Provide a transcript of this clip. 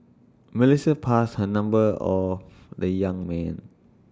Melissa passed her number or the young man